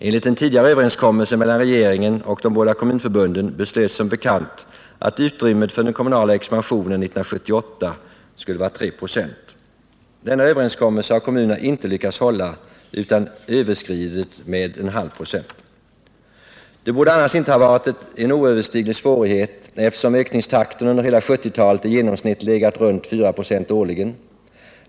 Enligt en tidigare överenskommelse mellan regeringen och de båda kommunförbunden beslöts som bekant att utrymmet för den kommunala expansionen 1978 skulle vara 3 26. Denna överenskommelse har kommunerna inte lyckats hålla, utan de har överskridit den med 17/2 96. Det borde annars inte varit en oöverstiglig svårighet att hålla överenskommelsen eftersom ökningstakten under hela 1970-talet i genomsnitt legat runt 4 96 årligen.